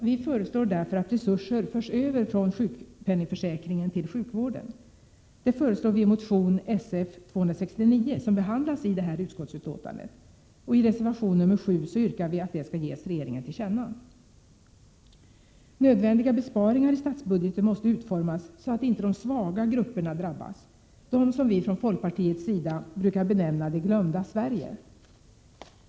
Vi föreslår därför att resurser förs över från sjukpenningförsäkringen till sjukvården. Detta föreslår vi i motion Sf269 som behandlas i det här utskottsbetänkandet. I reservation nr 7 yrkar vi att detta skall ges regeringen till känna. Nödvändiga besparingar i statsbudgeten måste utformas så att inte de svaga grupperna drabbas — de som vi från folkpartiets sida brukar benämna ”det glömda Sverige”.